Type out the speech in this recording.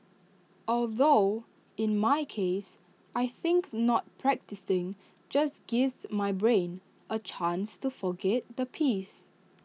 although in my case I think not practising just gives my brain A chance to forget the piece